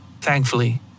Thankfully